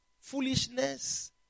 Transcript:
foolishness